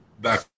back